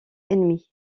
ennemis